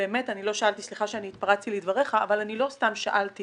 סליחה שהתפרצתי לדבריך אבל לא סתם שאלתי